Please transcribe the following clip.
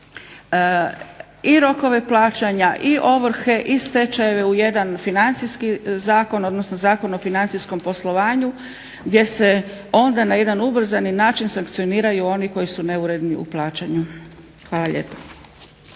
i rokove plaćanja i ovrhe i stečajeve u jedan financijski zakon odnosno Zakon o financijskom poslovanju gdje se onda na jedan ubrzani način sankcioniraju oni koji su neuredni u plaćanju. Hvala lijepa.